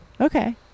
okay